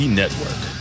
network